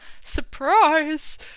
surprise